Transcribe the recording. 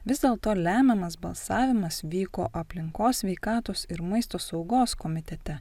vis dėlto lemiamas balsavimas vyko aplinkos sveikatos ir maisto saugos komitete